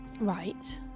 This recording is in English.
Right